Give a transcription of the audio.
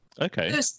Okay